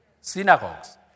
Synagogues